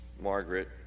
Margaret